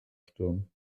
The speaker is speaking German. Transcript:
stirn